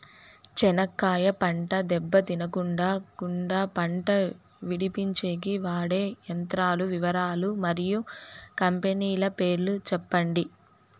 చెనక్కాయ పంట దెబ్బ తినకుండా కుండా పంట విడిపించేకి వాడే యంత్రాల వివరాలు మరియు కంపెనీల పేర్లు చెప్పండి?